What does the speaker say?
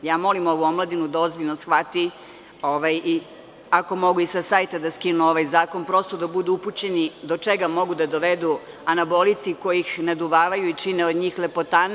Molim ovu omladinu da ozbiljno shvati i ako mogu sa sajta da skinu ovaj zakon da prosto budu upućeni do čega mogu da dovedu anabolici koji ih naduvavaju i čine od njih lepotane.